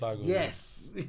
Yes